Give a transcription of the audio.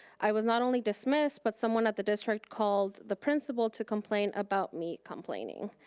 i was not only dismissed but someone at the district called the principal to complain about me complaining.